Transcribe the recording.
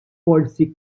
forsi